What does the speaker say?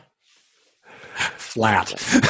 Flat